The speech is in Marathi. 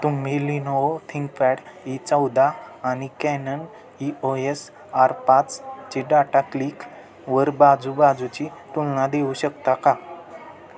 तुम्ही लिनोवो थिंकपॅड ई चौदा आणि Canon E O S R पाचची डाटा क्लिकवर बाजूबाजूची तुलना देऊ शकता का